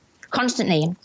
Constantly